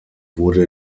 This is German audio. wurde